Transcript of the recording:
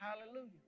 Hallelujah